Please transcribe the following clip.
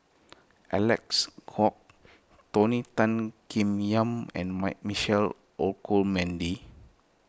Alex Kuok Tony Tan Keng Yam and Mike Michael Olcomendy